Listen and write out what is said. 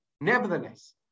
Nevertheless